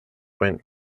went